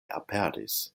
aperis